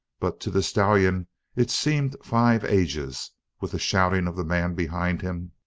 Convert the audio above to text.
but to the stallion it seemed five ages, with the shouting of the man behind him,